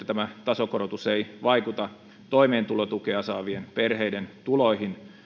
tämä tasokorotus ei vaikuta toimeentulotukea saavien perheiden tuloihin